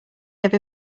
gave